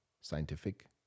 Scientific